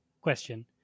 Question